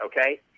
okay